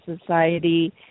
Society